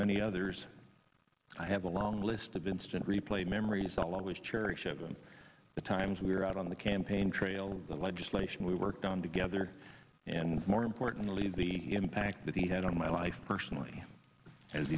many others i have a long list of instant replay memories i'll always cherish it when the times we're out on the campaign trail the legislation we worked on together and more importantly the impact that he had on my life personally as